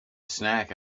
snack